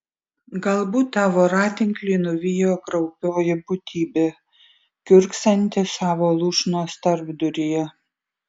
galbūt tą voratinklį nuvijo kraupioji būtybė kiurksanti savo lūšnos tarpduryje